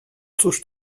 cóż